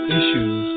issues